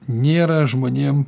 nėra žmonėm